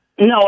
No